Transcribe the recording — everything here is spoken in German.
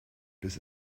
bis